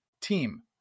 Team